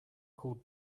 called